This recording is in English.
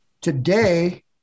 today